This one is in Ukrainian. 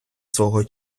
свого